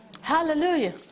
Hallelujah